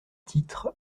titres